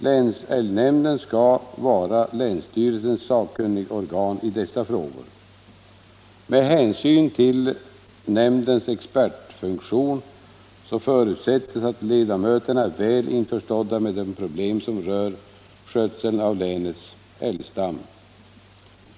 Länsälgnämnden skall vara länsstyrelsens sakkunnigorgan i dessa frågor. Med hänsyn till nämndens expertfunktion förutsätts att ledamöterna är väl införstådda med de problem som rör skötseln av länets älgstam.